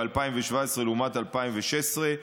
ב-2017 לעומת 2016,